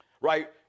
Right